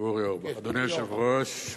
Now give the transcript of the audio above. אדוני היושב-ראש,